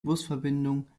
busverbindung